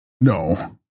No